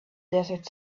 desert